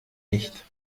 nicht